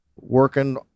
working